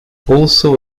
also